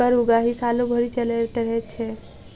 कर उगाही सालो भरि चलैत रहैत छै